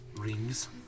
rings